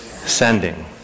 Sending